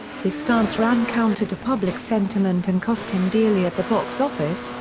his stance ran counter to public sentiment and cost him dearly at the box-office,